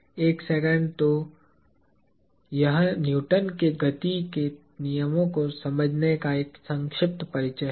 एक सेकंड तो यह न्यूटन के गति के नियमों को समझने का एक संक्षिप्त परिचय है